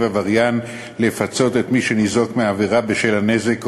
עבריין לפצות את מי שניזוק מהעבירה בשל הנזק או